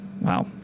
Wow